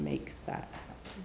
make that